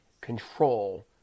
control